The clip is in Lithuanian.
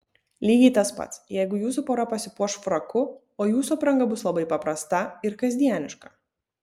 lygiai tas pats jeigu jūsų pora pasipuoš fraku o jūsų apranga bus labai paprasta ir kasdieniška